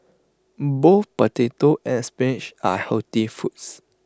both potato and spinach are healthy foods